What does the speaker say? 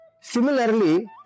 Similarly